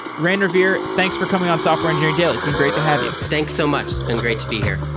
raine revere, thanks for coming on software engineering daily. it's been great to have you. thanks so much. it's been great to be here.